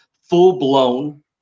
full-blown